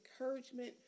encouragement